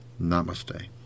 Namaste